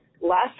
last